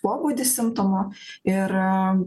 pobūdį simptomo ir